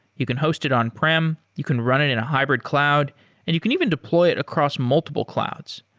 you can host it on-prem, you can run it in a hybrid cloud and you can even deploy it across multiple clouds.